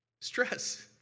Stress